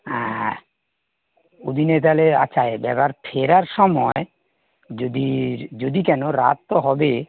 অ্যাঁ ও দিনে তাহলে আচ্ছা এবার ফেরার সময় যদি যদি কেন রাত তো হবে